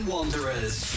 Wanderers